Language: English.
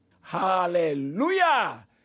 Hallelujah